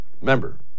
Remember